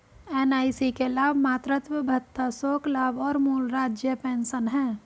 NIC के लाभ मातृत्व भत्ता, शोक लाभ और मूल राज्य पेंशन हैं